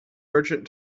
merchant